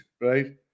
right